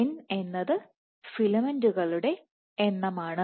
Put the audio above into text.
n എന്നത് ഫിലമെന്റുകളുടെ എണ്ണമാണ്